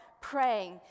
praying